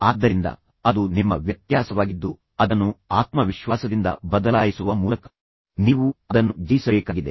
ಆದ್ದರಿಂದ ಅದು ನಿಮ್ಮ ವ್ಯತ್ಯಾಸವಾಗಿದ್ದು ಅದನ್ನು ಆತ್ಮವಿಶ್ವಾಸದಿಂದ ಬದಲಾಯಿಸುವ ಮೂಲಕ ನೀವು ಅದನ್ನು ಜಯಿಸಬೇಕಾಗಿದೆ